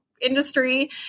industry